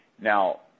Now